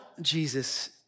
Jesus